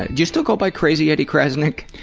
do you still go by crazy eddy crasnick?